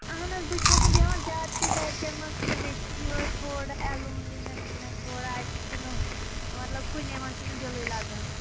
اَہَن حظ بہٕ تہِ چھَس نہٕ بیٚہوان زیادٕ تہِ گَرِکیٚن منٛز کیٚنٛہہ مےٚ تہِ چھِ یِہےَ تھوڑا اےٚ لونلیٖنیٚس چھِ مےٚ تھوڑا اَتہِ چھِنہٕ مطلب کُنے منٛز چھِنہٕ دِلٕے لَگان